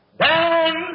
Down